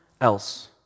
else